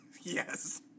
yes